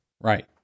Right